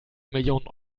millionen